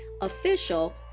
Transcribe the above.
official